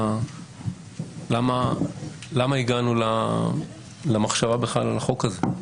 ולומר למה בכלל הגענו למחשבה על החוק הזה.